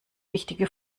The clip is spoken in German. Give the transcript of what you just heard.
wichtige